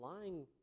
lying